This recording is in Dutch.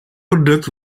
product